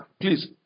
Please